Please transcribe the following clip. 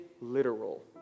literal